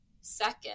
second